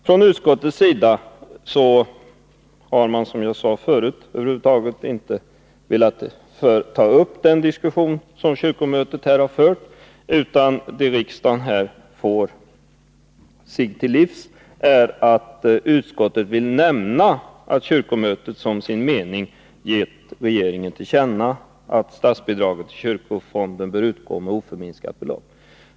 Från utskottets sida har man, som jag sade förut, inte alls velat ta upp den diskussion som kyrkomötet här har fört, utan det riksdagen här får sig till livs är att utskottet vill nämna att kyrkomötet som sin mening gett regeringen till känna att statsbidraget till kyrkofonden bör utgå med oförminskat belopp.